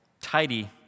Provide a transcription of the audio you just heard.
tidy